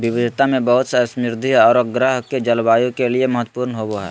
विविधता में बहुत समृद्ध औरो ग्रह के जलवायु के लिए महत्वपूर्ण होबो हइ